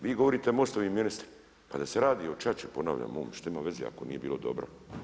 Vi govorite MOST-ovi ministri, pa da se radi o ćaći ponavljam mom, što ima veze ako nije bilo dobro.